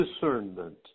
discernment